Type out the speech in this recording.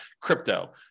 crypto